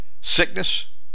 sickness